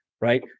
right